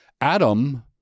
Adam